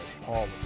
Paul